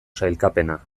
sailkapena